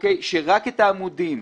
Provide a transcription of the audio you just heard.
שרק את העמודים,